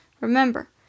Remember